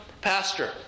pastor